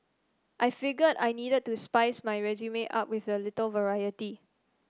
I figured I needed to spice my resuming up with a little variety